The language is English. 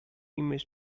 image